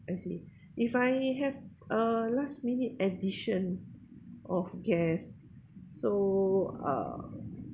I see if I have a last minute addition of guest so uh